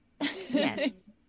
yes